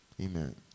Amen